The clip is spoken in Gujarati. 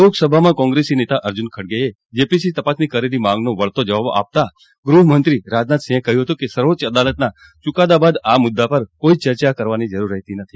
લોકસભામાં કોંગ્રેસી નેતા અર્જૂન ખડગેએ જેપીસી તપાસની માંગ કરી હતી જેનો વળતો જવાબ આપતા ગ્રહમંત્રી રાજનાથસિંહે કહ્યું હતું કે સર્વોચ્ચ અદાલતના ચુકાદા બાદ આ મુદ્દા પર કોઈજ ચર્ચા કરવાની જરૂર રહેતી નથી